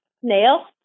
snail